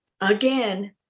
again